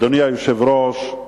אדוני היושב-ראש,